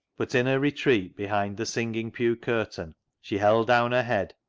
but in her retreat behind the singing-pew curtain she held down her head,